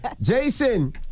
Jason